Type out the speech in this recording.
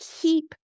keep